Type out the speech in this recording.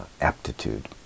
aptitude